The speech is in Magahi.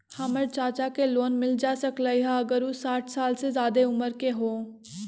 हमर चाचा के लोन मिल जा सकलई ह अगर उ साठ साल से जादे उमर के हों?